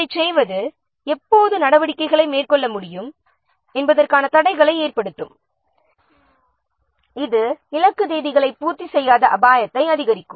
இது எப்போது நடவடிக்கைகளை மேற்கொள்ள முடியும் என்பதற்கான தடைகளை ஏற்படுத்தும் இது இலக்கு தேதிகளை பூர்த்தி செய்யாத அபாயத்தையும் அதிகரிக்கும்